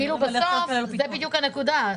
זו בדיוק הנקודה.